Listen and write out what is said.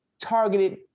targeted